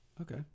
okay